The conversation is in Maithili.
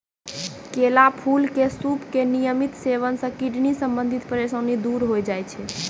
केला फूल के सूप के नियमित सेवन सॅ किडनी संबंधित परेशानी दूर होय जाय छै